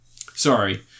Sorry